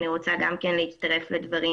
אני רוצה להצטרף לדברים